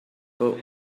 but